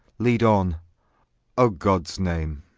lead on a gods name